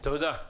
תודה.